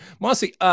Mossy